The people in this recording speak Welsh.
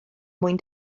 mwyn